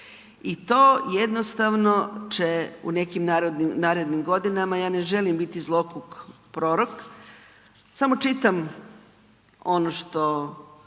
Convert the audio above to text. i to jednostavno će u nekim narednim godinama, ja ne želim biti zloguk prorok, samo čitam ono što